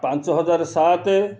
ପାଞ୍ଚ ହଜାର ସାତ